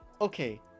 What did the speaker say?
okay